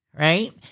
right